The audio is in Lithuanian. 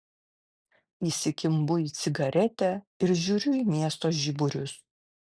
įsikimbu į cigaretę ir žiūriu į miesto žiburius